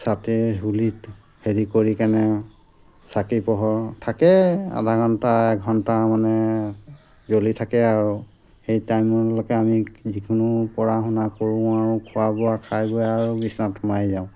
হেৰি কৰি কেনে চাকি পোহৰ থাকে আধা ঘণ্টা এঘণ্টা মানে জ্বলি থাকে আৰু সেই টাইমলৈকে আমি যিকোনো পঢ়া শুনা কৰোঁ আৰু খোৱা বোৱা খাই বই আৰু বিচনাত সোমাই যাওঁ